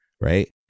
Right